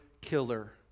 killer